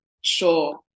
sure